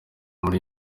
muri